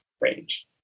range